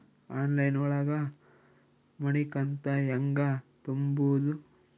Online ಒಳಗ ಮನಿಕಂತ ಹ್ಯಾಂಗ ತುಂಬುದು?